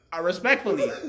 respectfully